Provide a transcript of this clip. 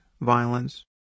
violence